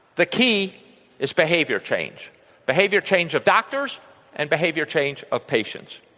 the key is behavior change behavior change of doctors and behavior change of patients.